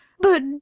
But